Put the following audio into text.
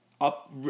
up